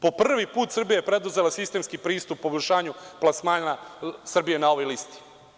Po prvi put Srbija je preduzela sistemski pristup poboljšanju plasmana Srbije na ovoj listi.